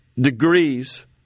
degrees